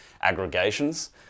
aggregations